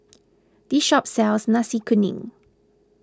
this shop sells Nasi Kuning